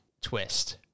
twist